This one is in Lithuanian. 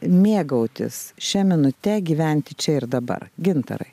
mėgautis šia minute gyventi čia ir dabar gintarai